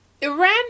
Iran